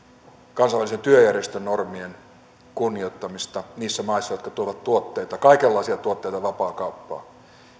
kansainvälisen työjärjestön normien kunnioittamista niissä maissa jotka tuovat tuotteita kaikenlaisia tuotteita vapaakauppaan